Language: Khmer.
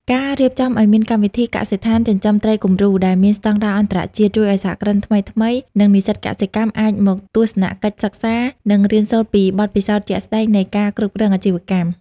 ការរៀបចំឱ្យមានកម្មវិធី "កសិដ្ឋានចិញ្ចឹមត្រីគំរូ" ដែលមានស្ដង់ដារអន្តរជាតិ ជួយឱ្យសហគ្រិនថ្មីៗ និងនិស្សិតកសិកម្មអាចមកទស្សនកិច្ចសិក្សា និងរៀនសូត្រពីបទពិសោធន៍ជាក់ស្ដែងនៃការគ្រប់គ្រងអាជីវកម្ម។